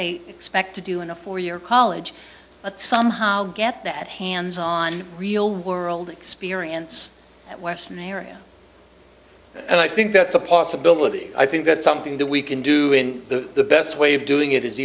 they expect to do in a four year college but somehow get that hands on real world experience that western area and i think that's a possibility i think that something that we can do in the best way of doing it is